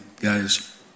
guys